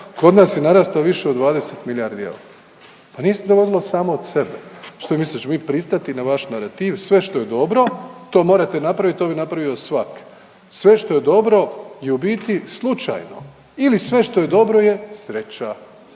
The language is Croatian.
kod nas je narastao više od 20 milijardi eura. Pa nije se dogodilo samo od sebe, što misliš da ćemo mi pristati na vaš narativ, sve što je dobro, to morate napraviti, to bi napravio svak. Sve što je dobro je u biti slučajno ili sve što je dobro je sreća.